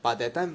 but that time